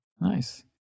Nice